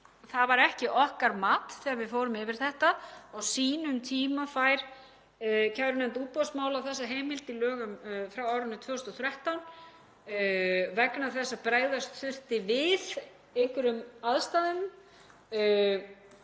Það var ekki okkar mat þegar við fórum yfir þetta. Á sínum tíma fær kærunefnd útboðsmála þessa heimild í lögum frá árinu 2013 vegna þess að bregðast þurfti við einhverjum aðstæðum.